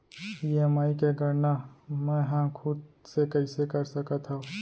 EMI के गड़ना मैं हा खुद से कइसे कर सकत हव?